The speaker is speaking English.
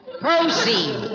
Proceed